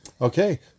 Okay